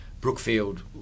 Brookfield